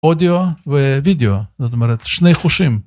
אודיו ווידאו, זאת אומרת שני חושים.